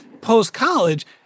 post-college